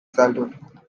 childhood